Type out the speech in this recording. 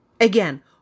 Again